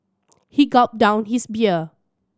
he gulped down his beer